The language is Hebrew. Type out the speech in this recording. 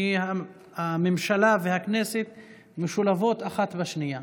כי הממשלה והכנסת משולבות אחת בשנייה.